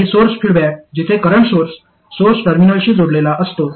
आणि source feedback जिथे current source source टर्मिनलशी जोडलेला असतो